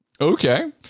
Okay